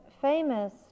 famous